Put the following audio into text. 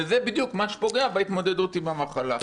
זה בדיוק מה שפוגע בהתמודדות עם המחלה.